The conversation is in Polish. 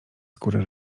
skóry